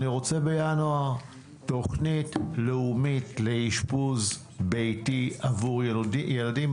אני רוצה בינואר תוכנית לאומית לאשפוז ביתי עבור ילדים.